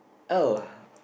oh